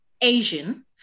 Asian